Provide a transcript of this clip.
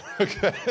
Okay